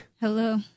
Hello